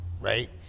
Right